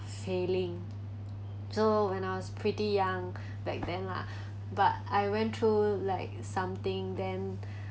failing so when I was pretty young back then lah but I went through like something then